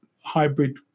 hybrid